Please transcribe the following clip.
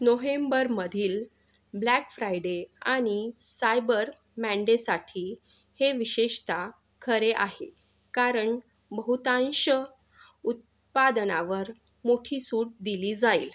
नोहेंबरमधील black Friday आणि cyber मँडेसाठी हे विशेषत खरे आहे कारण बहुतांश उत्पादनावर मोठी सूट दिली जाईल